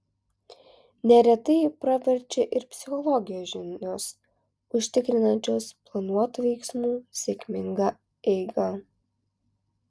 neretai praverčia ir psichologijos žinios užtikrinančios planuotų veiksmų sėkmingą eigą